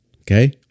Okay